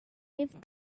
live